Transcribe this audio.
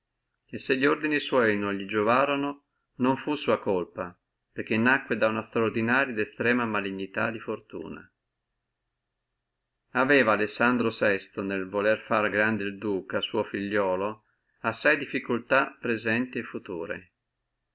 e se li ordini sua non li profittorono non fu sua colpa perché nacque da una estraordinaria et estrema malignità di fortuna aveva alessandro sesto nel volere fare grande el duca suo figliuolo assai difficultà presenti e future